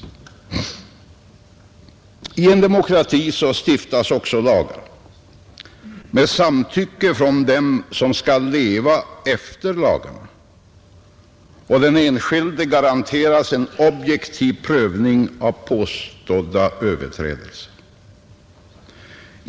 I en demokrati stiftas lagar med samtycke från dem som skall leva efter lagarna, och den enskilde garanteras en objektiv prövning av påstådda överträdelser.